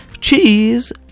Cheese